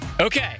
okay